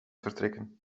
vertrekken